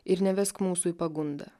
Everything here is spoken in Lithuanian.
ir nevesk mūsų į pagundą